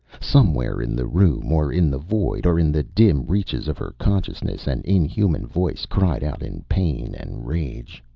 somewhere in the room, or in the void, or in the dim reaches of her consciousness, an inhuman voice cried out in pain and rage.